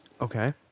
Okay